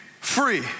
free